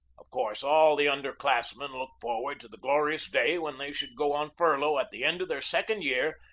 of course, all the under-class men looked forward to the glorious day when they should go on furlough at the end of their second year,